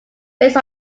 based